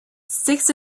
sticks